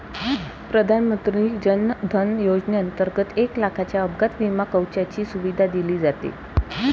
प्रधानमंत्री जन धन योजनेंतर्गत एक लाखाच्या अपघात विमा कवचाची सुविधा दिली जाते